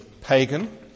pagan